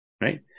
Right